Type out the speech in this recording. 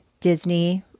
Disney